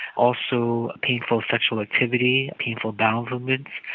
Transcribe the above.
also painful sexual activity, painful bowel movements,